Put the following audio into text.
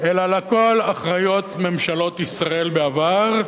אלא לכול אחראיות ממשלות ישראל בעבר.